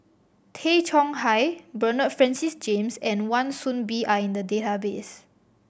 Tay Chong Hai Bernard Francis James and Wan Soon Bee are in the database